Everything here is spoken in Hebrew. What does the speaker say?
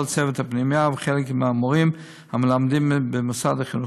כל צוות הפנימייה וחלק מהמורים המלמדים במוסד החינוכי.